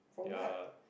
ya